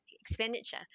expenditure